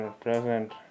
present